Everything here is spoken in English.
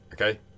okay